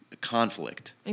conflict